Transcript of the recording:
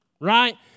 Right